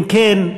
אם כן,